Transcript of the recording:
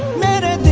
matter